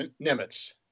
Nimitz